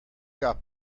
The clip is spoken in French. cap